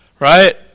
Right